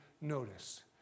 notice